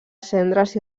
cendres